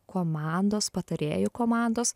komandos patarėjų komandos